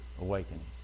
awakenings